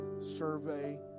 Survey